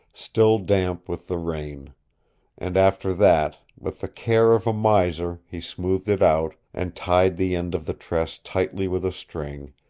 still damp with the rain and after that, with the care of a miser he smoothed it out, and tied the end of the tress tightly with a string,